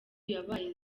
yabaye